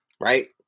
Right